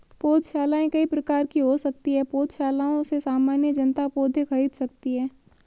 पौधशालाएँ कई प्रकार की हो सकती हैं पौधशालाओं से सामान्य जनता पौधे खरीद सकती है